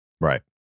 Right